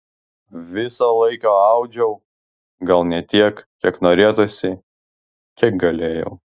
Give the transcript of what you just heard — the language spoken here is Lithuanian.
visą laiką audžiau gal ne tiek kiek norėtųsi kiek galėjau